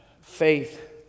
faith